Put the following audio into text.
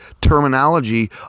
terminology